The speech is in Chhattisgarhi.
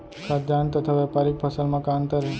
खाद्यान्न तथा व्यापारिक फसल मा का अंतर हे?